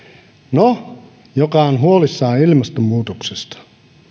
no joka on huolissaan ilmastonmuutoksesta